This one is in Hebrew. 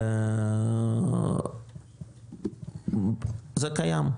זה קיים,